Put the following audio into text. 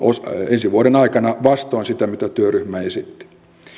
ensi vuoden aikana vastoin sitä mitä työryhmä esitti